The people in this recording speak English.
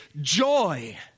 joy